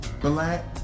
black